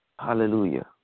Hallelujah